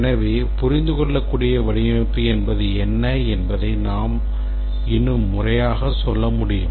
எனவே புரிந்துகொள்ளக்கூடிய வடிவமைப்பு என்பது என்ன என்பதை நாம் இன்னும் முறையாக சொல்ல முடியும்